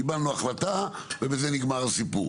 קיבלנו החלטה ובזה נגמר הסיפור.